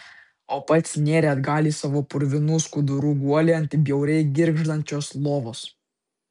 o pats nėrė atgal į savo purvinų skudurų guolį ant bjauriai girgždančios lovos